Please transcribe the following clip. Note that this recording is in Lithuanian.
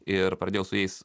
ir pradėjau su jais